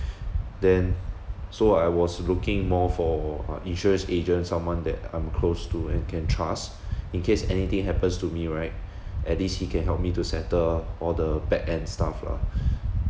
then so I was looking more for uh insurance agent someone that I'm close to and can trust in case anything happens to me right at least he can help me to settle all the backend staff lah